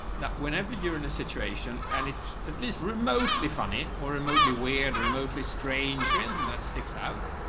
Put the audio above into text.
that whenever you're in a situation and it's at least remotely funny or remotely weird, remotely strange or anything that sticks out.